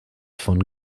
von